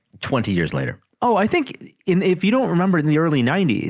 twenty years later oh i think in if you don't remember in the early ninety s